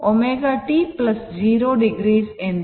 ಹಾಗಾಗಿ ω t 0o ಆಗಿರುತ್ತದೆ